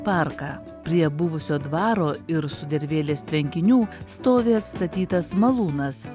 parką prie buvusio dvaro ir sudervėlės tvenkinių stovi atstatytas malūnas